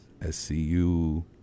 SCU